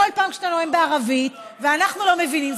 פעם שאתה נואם בערבית ואנחנו לא מבינים,